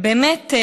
ובאמת,